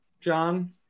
John